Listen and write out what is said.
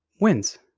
wins